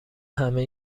همه